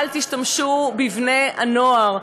אל תשתמשו בבני-הנוער.